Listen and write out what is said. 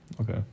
Okay